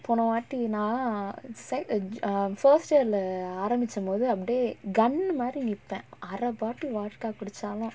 போனவாட்டி நா:ponavaatti naa side a ju~ err first year lah ஆரம்பிச்ச போது அப்டியே:aarambicha pothu apdiyae gun uh மாரி நிப்ப அர:maari nippa ara bottle vodka குடிச்சாலும்:kudichaalum